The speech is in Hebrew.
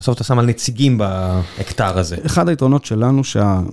בסוף אתה שם על נציגים בהכתר הזה. אחד העיתונות שלנו שה...